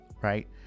right